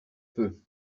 peu